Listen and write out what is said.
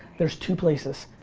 there's two places,